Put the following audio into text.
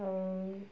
ଆଉ